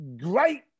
great